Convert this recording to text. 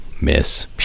Miss